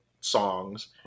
songs